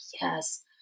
yes